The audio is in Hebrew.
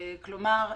כלומר,